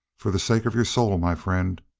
for the sake of your soul, my friend.